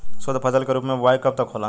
शुद्धफसल के रूप में बुआई कब तक होला?